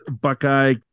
Buckeye